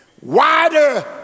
wider